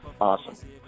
Awesome